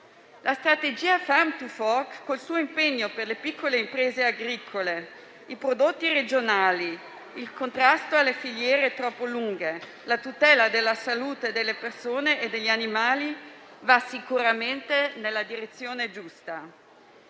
La strategia Farm to fork, con il suo impegno per le piccole imprese agricole e i prodotti regionali, il contrasto alle filiere troppo lunghe e la tutela della salute delle persone e degli animali va sicuramente nella direzione giusta.